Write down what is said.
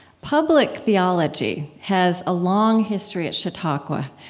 public theology has a long history at chautauqua.